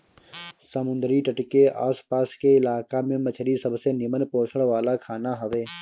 समुंदरी तट के आस पास के इलाका में मछरी सबसे निमन पोषण वाला खाना हवे